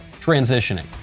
transitioning